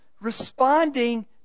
responding